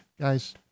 Guys